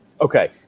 Okay